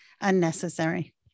unnecessary